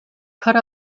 cut